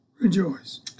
rejoice